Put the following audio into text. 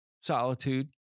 solitude